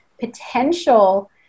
Potential